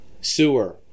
sewer